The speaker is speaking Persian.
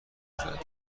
شدند